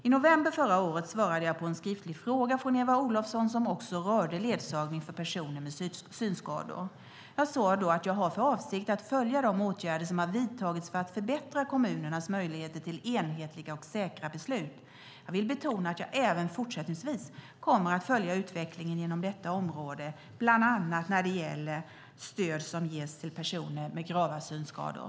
I november förra året svarade jag på en skriftlig fråga från Eva Olofsson som också rörde ledsagning för personer med synskador. Jag sade då att jag har för avsikt att följa de åtgärder som har vidtagits för att förbättra kommunernas möjligheter till enhetliga och säkra beslut. Jag vill betona att jag även fortsättningsvis kommer att följa utvecklingen inom detta område, bland annat när det gäller stöd som ges till personer med grava synskador.